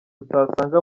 utasanga